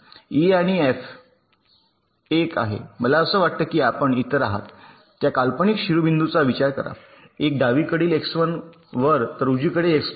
E आणि F एक आहे मला असं वाटतं की आपण इतर आहात त्या काल्पनिक शिरोबिंदूंचा विचार करा एक डावीकडील x1 वर इतर उजवीकडे x2 वर